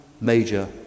major